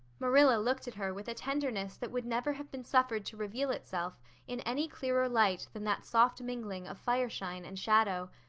marilla looked at her with a tenderness that would never have been suffered to reveal itself in any clearer light than that soft mingling of fireshine and shadow.